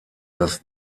das